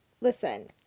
listen